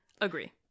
Agree